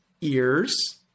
ears